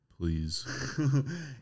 please